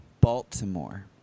Baltimore